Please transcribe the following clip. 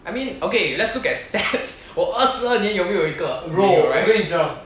I mean okay let's look at stats 我二十二年有没有一个没有 right